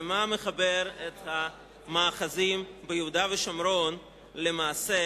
ומה מחבר את המאחזים ביהודה ושומרון למעשה